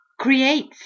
creates